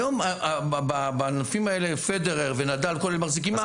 היום נדאל ופדרר מחזיקים מעמד.